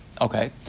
Okay